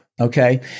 Okay